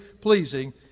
pleasing